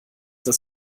das